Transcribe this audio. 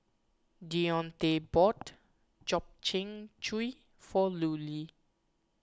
Deonta bought Gobchang Gui for Lulie